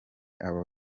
aba